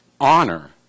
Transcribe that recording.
honor